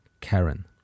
Karen